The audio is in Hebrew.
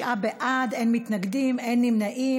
תשעה בעד, אין מתנגדים, אין נמנעים.